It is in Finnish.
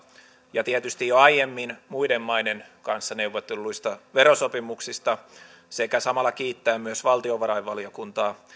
ja tietysti jo aiemmin muiden maiden kanssa neuvotelluista verosopimuksista että samalla kiittää myös valtiovarainvaliokuntaa